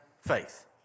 faith